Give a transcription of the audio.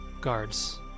guards